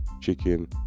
chicken